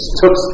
took